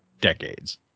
decades